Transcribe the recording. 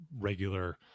regular